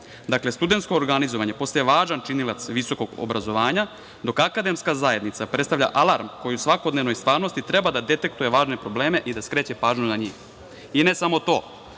studentsko organizovanje postaje važan činilac visokog obrazovanja, dok akademska zajednica predstavlja alarm koji u svakodnevnoj stvarnosti treba da detektuje važne probleme i da skreće pažnju na njih. I ne samo to.